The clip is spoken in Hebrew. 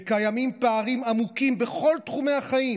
וקיימים פערים עמוקים בכל תחומי החיים